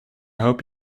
hope